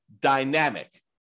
dynamic